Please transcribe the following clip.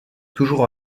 toujours